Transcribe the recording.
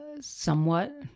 somewhat